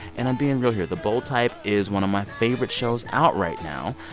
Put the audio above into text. and i'm being real here the bold type is one of my favorite shows out right now.